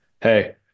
hey